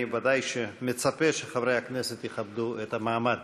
אני בוודאי מצפה שחברי הכנסת יכבדו את המעמד.